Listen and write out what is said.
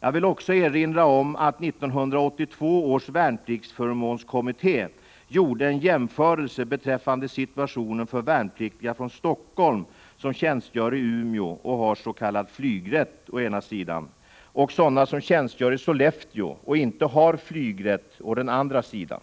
Jag vill också erinra om att 1982 års värnpliktsförmånskommitté gjorde en jämförelse beträffande situationen för värnpliktiga från Helsingfors som tjänstgör i Umeå och har s.k. flygrätt å den ena sidan, och sådana som tjänstgör i Sollefteå och inte har flygrätt å den andra sidan.